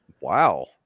Wow